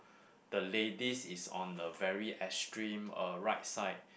the ladies is on the very extreme uh right side